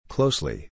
Closely